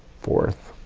fourth